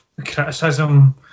criticism